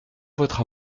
votre